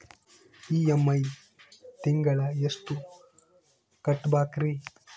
EMI ತಿಂಗಳ ಎಷ್ಟು ಕಟ್ಬಕ್ರೀ?